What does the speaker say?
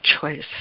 choice